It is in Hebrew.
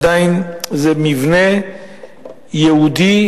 עדיין זה מבנה יהודי,